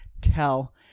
tell